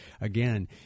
again